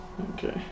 Okay